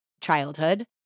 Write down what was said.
childhood